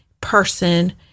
person